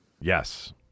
Yes